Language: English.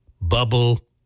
Bubble